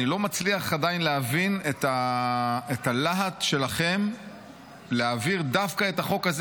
שאני עדיין לא מצליח להבין את הלהט שלכם להעביר דווקא את החוק הזה.